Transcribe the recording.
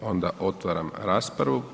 Onda otvaram raspravu.